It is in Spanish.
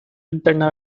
linterna